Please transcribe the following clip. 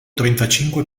trentacinque